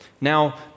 Now